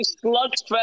slugs